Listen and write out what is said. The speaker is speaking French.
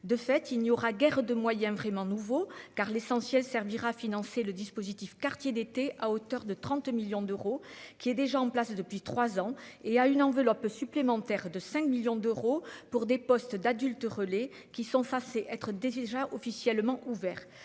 de fait, il n'y aura guère de moyens vraiment nouveau, car l'essentiel servira à financer le dispositif, quartiers d'été à hauteur de 30 millions d'euros, qui est déjà en place depuis 3 ans et à une enveloppe supplémentaire de 5 millions d'euros pour des postes d'adultes relais qui sont face et être déjà officiellement ouvert